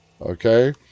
okay